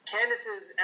Candace's